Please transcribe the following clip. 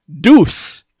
Deuce